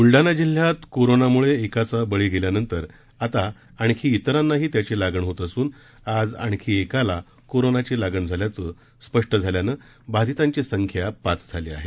ब्लडाणा जिल्ह्यात कोरोनामुळे एकाचा बळी गेल्यानंतर आता आणखी इतरांनाही त्याची लागण होत असून आज आणखी एकाला कोरोनाची लागण झाल्याचं स्पष्ट झाल्यानं बाधितांची संख्या पाच झाली आहे